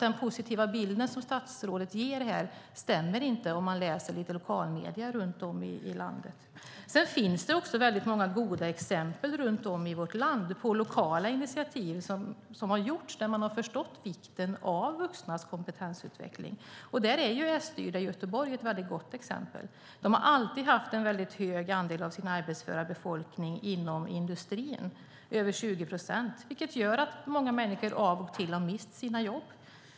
Den positiva bild som statsrådet ger här stämmer alltså inte om man läser i lokala medier runt om landet. Det finns runt om i vårt land många goda exempel på lokala initiativ där man förstått vikten av vuxnas kompetensutveckling. Där är den i Göteborg ett gott exempel. De har alltid haft en stor andel av sin arbetsföra befolkning inom industrin, över 20 procent, vilket gjort att många av och till har mist jobbet.